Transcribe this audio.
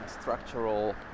structural